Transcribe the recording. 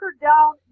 down